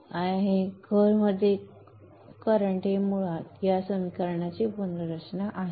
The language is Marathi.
आता कोर मधील करंट हे मुळात या समीकरणाची पुनर्रचना आहे